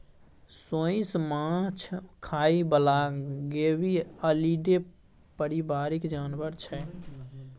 सोंइस माछ खाइ बला गेबीअलीडे परिबारक जानबर छै